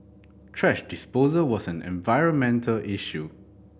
thrash disposal was an environmental issue